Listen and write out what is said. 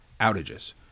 outages